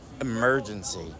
emergency